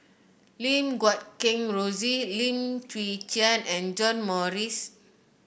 Lim Guat Kheng Rosie Lim Chwee Chian and John Morrice